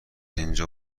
اینجا